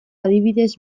adibidez